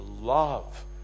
love